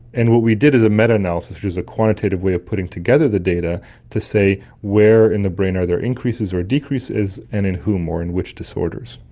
and what we did is a meta-analysis, which is a quantitative way of putting together the data to say where in the brain are there increases or decreases and in whom or in which disorders.